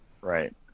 Right